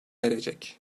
erecek